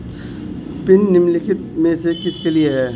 Pin निम्नलिखित में से किसके लिए है?